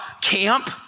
camp